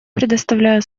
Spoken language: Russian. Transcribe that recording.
предоставляю